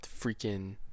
freaking